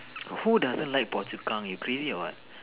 who doesn't like Phua-Chu-Kang you crazy or what